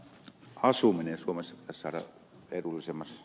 asuminen suomessa pitäisi saada edullisemmaksi